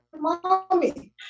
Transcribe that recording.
mommy